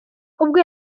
ubwo